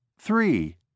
Three